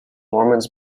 mormons